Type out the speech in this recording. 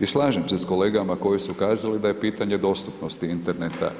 I slažem se sa kolegama koji su kazali da je pitanje dostupnosti interneta